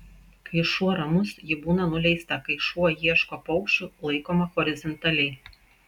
kai šuo ramus ji būna nuleista kai šuo ieško paukščių laikoma horizontaliai